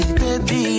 baby